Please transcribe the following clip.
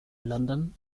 london